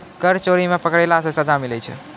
कर चोरी मे पकड़ैला से सजा मिलै छै